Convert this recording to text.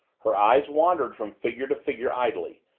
her eyes wandered from figure to figure idly,